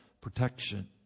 protection